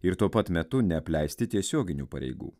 ir tuo pat metu neapleisti tiesioginių pareigų